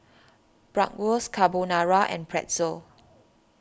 Bratwurst Carbonara and Pretzel